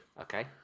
Okay